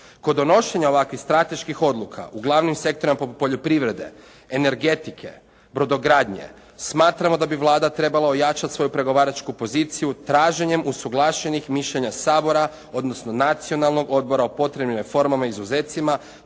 Kod donošenja ovakvih strateških odluka u glavnim sektorima poljoprivrede, energetike, brodogradnje smatramo da bi Vlada trebala ojačati svoju pregovaračku poziciju traženjem usuglašenih mišljenja Sabora, odnosno Nacionalnog odbora o potrebnim reformama i izuzecima,